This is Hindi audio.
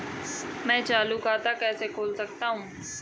मैं चालू खाता कैसे खोल सकता हूँ?